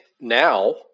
now